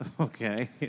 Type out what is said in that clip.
Okay